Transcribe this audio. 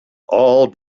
all